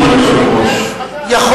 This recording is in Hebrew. יכול